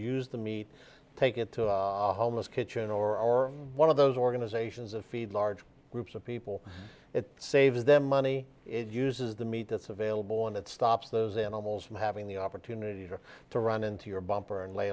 use the meat take it to a homeless kitchen or one of those organizations of feed large groups of people it saves them money it uses the meat that's available and it stops those animals from having the opportunity to run into your bumper and lay